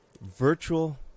virtual